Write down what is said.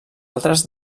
altres